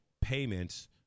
payments